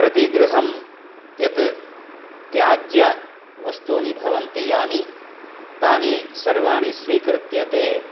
प्रतिगृहं यत् त्याज्यवस्तूनि भवन्ति याने तानि सर्वाणि स्वीकृत्य ते